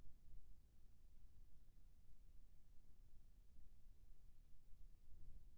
Sir मोला खेतीबाड़ी करेबर के.सी.सी के मंदत चाही बोले रीहिस मिलही का?